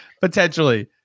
potentially